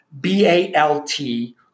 B-A-L-T